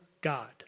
God